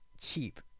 cheap